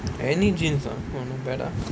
any jeans ah !wah! not bad ah